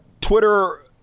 Twitter